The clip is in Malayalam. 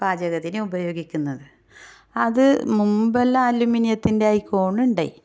പാചകത്തിന് ഉപയോഗിക്കുന്നത് അത് മുമ്പെല്ലാം അലുമിനിയത്തിൻ്റെ ആയിക്കോണ്ടുണ്ടായിരുന്നു